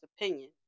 opinion